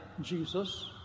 Jesus